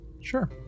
Sure